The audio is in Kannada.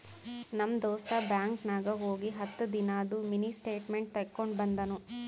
ನಮ್ ದೋಸ್ತ ಬ್ಯಾಂಕ್ ನಾಗ್ ಹೋಗಿ ಹತ್ತ ದಿನಾದು ಮಿನಿ ಸ್ಟೇಟ್ಮೆಂಟ್ ತೇಕೊಂಡ ಬಂದುನು